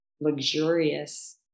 luxurious